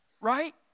right